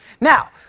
Now